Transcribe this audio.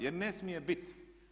Jer ne smije biti.